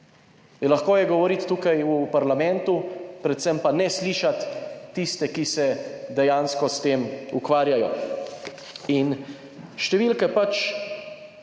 Lahko je govoriti tukaj v parlamentu, predvsem pa ne slišati tistih, ki se dejansko s tem ukvarjajo. Številke pač